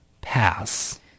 pass